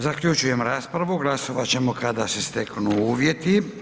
Zaključujem raspravu, glasovat ćemo kada se steknu uvjeti.